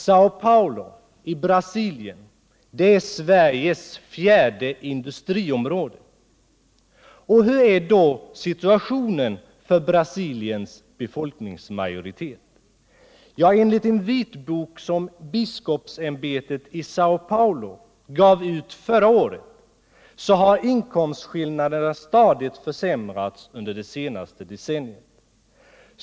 Sao Paulo i Brasilien är Sveriges fjärde industriområde. Hur är då situationen för Brasiliens befolkningsmajoritet? Enligt en vitbok som biskopsämbetet i Sao Paulo gav ut förra året har inkomstskillnaderna stadigt ökat under det senaste decenniet.